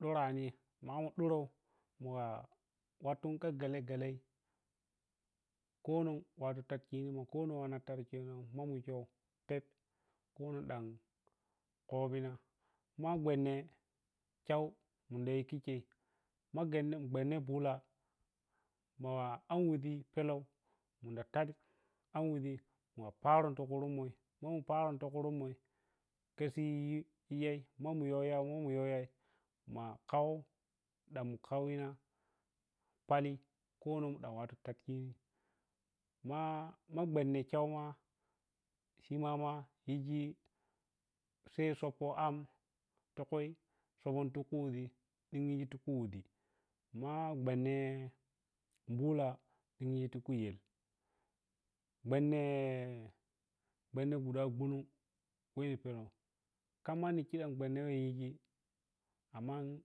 dorani mamu ɗuroh ma wattu kha gale-gale kho non wattu tad khinma khoninwattu targheno manu we phep kho ni dan khobina ma gwanne kyau mundi yi khi khei ma gwanne bulah ma an wuʒi peleu munda tak an wuʒi mu wa parenta khurun mai parenta khurum mai khesi yai ma mu yoh yai mo yoh yaima khau dau mu khauyina pali kho non dan wato tadi ma ma gwanne kheu ma shima ma yiji sai sok kho am tukhui somenu kho tuku wuʒi diʒi ti wuʒi ma gwanne dalah ɗiʒi ti khuyel gwanne gwanne guda gwanum weh yi phenan kham manni khidam gwanne yiji amman.